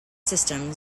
system